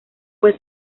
fue